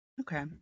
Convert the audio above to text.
Okay